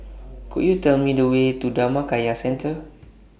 Could YOU Tell Me The Way to Dhammakaya Centre